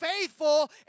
faithful